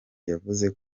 yavuze